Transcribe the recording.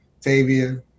Tavia